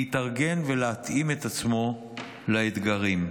להתארגן ולהתאים את עצמו לאתגרים.